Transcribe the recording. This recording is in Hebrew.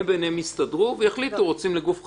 הם יסתדרו ביניהם ויחליטו אם הם רוצים לתת לגוף חיצוני.